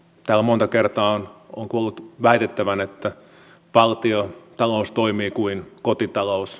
täällä monta kertaa olen kuullut väitettävän että valtiontalous toimii kuin kotitalous